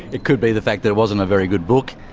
it could be the fact that it wasn't a very good book.